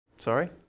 Sorry